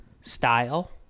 style